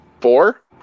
four